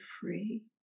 free